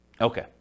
Okay